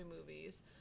movies